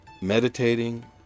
meditating